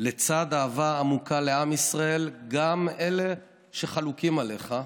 לצד אהבה עמוקה לעם ישראל, גם אלה שחלוקים עליך,